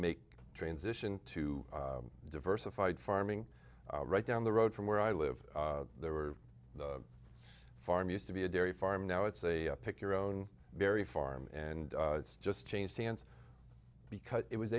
make a transition to diversified farming right down the road from where i live there were the farm used to be a dairy farm now it's a pick your own very farm and it's just changed hands because it was